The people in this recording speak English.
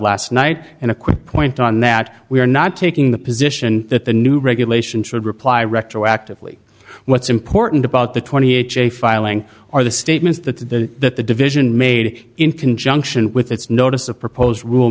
last night and a quick point on that we are not taking the position that the new regulation should reply retroactively what's important about the twenty ha filing or the statements that the that the division made in conjunction with its notice of proposed rule